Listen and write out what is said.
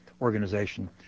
organization